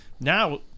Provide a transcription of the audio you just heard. Now